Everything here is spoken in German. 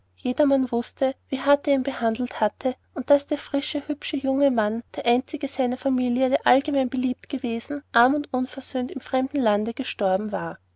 jedermann wußte wie hart er ihn behandelt hatte und daß der frische hübsche junge mann der einzige seiner familie der allgemein beliebt gewesen arm und unversöhnt im fremden lande gestorben war